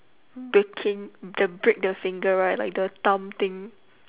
breaking the break the finger right like the thumb thing